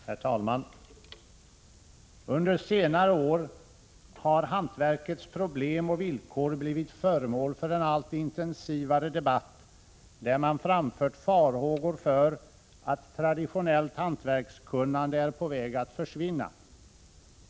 Herr talman! ”Under senare år har hantverkets problem och villkor blivit föremål för en allt intensivare debatt där man framfört farhågor för att traditionellt hantverkskunnande är på väg att försvinna.